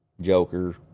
Joker